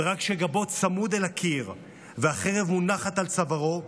ורק כשגבו צמוד אל הקיר והחרב מונחת על צווארו,